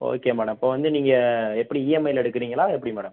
okay madam இப்போது வந்து நீங்கள் எப்படி இஎம்ஐல எடுக்குறீங்களா எப்படி மேடம்